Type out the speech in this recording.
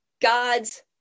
God's